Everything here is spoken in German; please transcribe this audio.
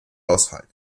ausfallen